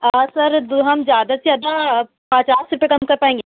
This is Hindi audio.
हाँ सर तो हम जादा से ज़्यादा पचास रुपये कम कर पाएँगे